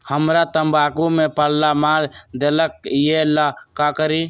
हमरा तंबाकू में पल्ला मार देलक ये ला का करी?